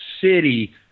city